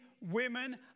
women